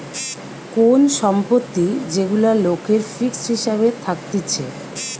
কোন সম্পত্তি যেগুলা লোকের ফিক্সড হিসাবে থাকতিছে